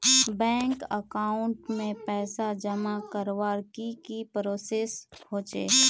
Bank account में पैसा जमा करवार की की प्रोसेस होचे?